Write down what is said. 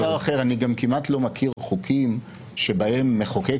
אני אגיד דבר אחר: אני גם כמעט לא מכיר חוקים שבהם מחוקק,